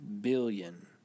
billion